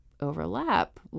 overlap